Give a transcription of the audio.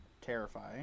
Terrifying